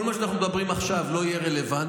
כל מה שאנחנו מדברים עליו עכשיו לא יהיה רלוונטי.